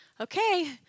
okay